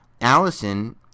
Allison